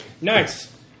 Nice